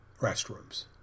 restrooms